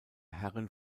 herren